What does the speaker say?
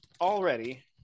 already